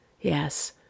Yes